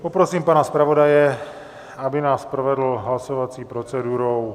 Poprosím pana zpravodaje, aby nás provedl hlasovací procedurou.